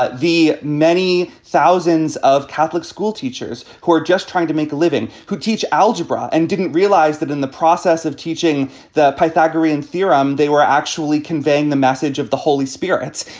ah the many thousands of catholic school teachers who are just trying to make a living, who teach algebra and didn't realize that in the process of teaching the pythagorean theorem, they were actually conveying the message of the holy spirit.